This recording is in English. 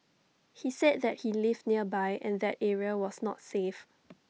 he said that he lived nearby and that area was not safe